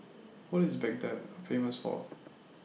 What IS Baghdad Famous For